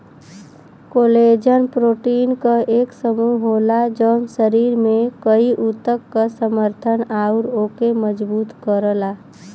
collagen protein क एक समूह होला जौन शरीर में कई ऊतक क समर्थन आउर ओके मजबूत करला